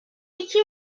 iki